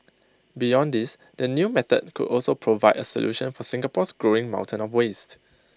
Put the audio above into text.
beyond this the new method could also provide A solution for Singapore's growing mountain of waste